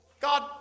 God